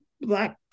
Black